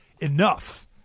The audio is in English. enough